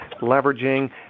leveraging